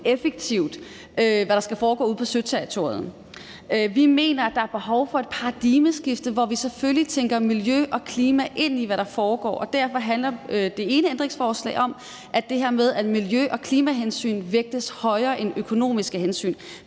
søterritoriet, skal være økonomisk effektivt. Vi mener, at der er behov for et paradigmeskifte, hvor vi selvfølgelig tænker miljø og klima ind i, hvad der foregår, og derfor handler det ene ændringsforslag om, at det her med miljø- og klimahensyn vægtes højere end økonomiske hensyn.